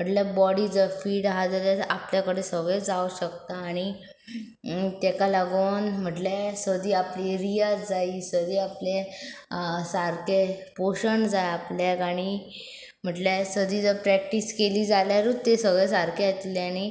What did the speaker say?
म्हटल्यार बॉडी जर फीट आसा जाल्यार आपल्या कडेन सगळें जावंक शकता आनी ताका लागोन म्हटल्यार सदी आपली रियाज जाय सदी आपलें सारकें पोशण जाय आपल्याक आनी म्हटल्यार सदी जर प्रॅक्टीस केली जाल्यारूच ते सगळें सारकें येतलें आनी